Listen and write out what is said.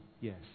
Yes